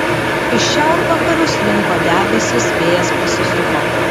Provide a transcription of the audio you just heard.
iš šiaurvakarių slinko debesys vėjas pasisuko